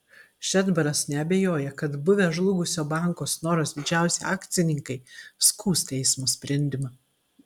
šedbaras neabejoja kad buvę žlugusio banko snoras didžiausi akcininkai skųs teismo sprendimą